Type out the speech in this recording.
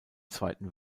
zweiten